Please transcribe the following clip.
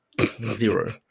Zero